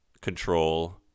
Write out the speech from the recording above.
control